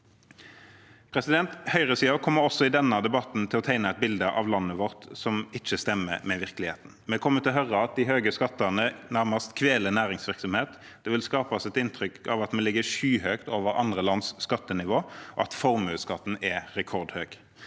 Høyresiden kommer også i denne debatten til å tegne et bilde av landet vårt som ikke stemmer med virkeligheten. Vi kommer til å høre at de høye skattene nærmest kveler næringsvirksomhet. Det vil skapes et inntrykk av at vi ligger skyhøyt over andre lands skattenivå, og at formuesskatten er rekordhøy.